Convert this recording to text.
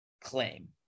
claim